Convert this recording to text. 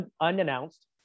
unannounced